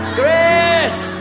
grace